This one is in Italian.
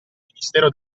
ministero